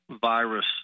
virus